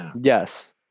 yes